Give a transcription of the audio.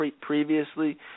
Previously